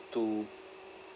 to